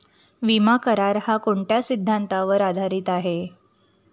विमा करार, हा कोणत्या सिद्धांतावर आधारीत आहे?